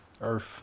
Earth